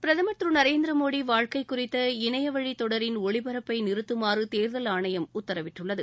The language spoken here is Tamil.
பிரதமர் திரு நரேந்திர மோடி வாழ்க்கை குறித்த இணையவழி தொடரின் ஒளிபரப்பை நிறுத்துமாறு தேர்தல் ஆணையம் உத்தரவிட்டுள்ளது